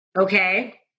okay